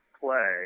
play